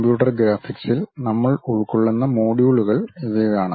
computer ഗ്രാഫിക്സിൽ നമ്മൾ ഉൾക്കൊള്ളുന്ന മൊഡ്യൂളുകൾ ഇവയാണ്